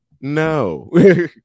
no